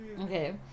okay